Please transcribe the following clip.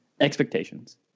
expectations